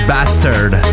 Bastard